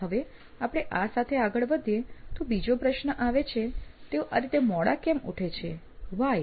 હવે આપણે આ સાથ આગળ વધીએ તો બીજો પ્રશ્ન આવે છે તેઓ આ રીતે મોડા કેમ ઉઠે છે વ્હાય